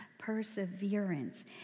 perseverance